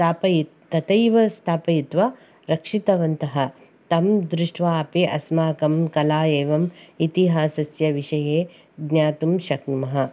स्थापयित् तथैव स्थापयित्वा रक्षितवन्तः तं दृष्ट्वापि अस्माकं कला एवं इतिहासस्य विषये ज्ञातुं शक्नुमः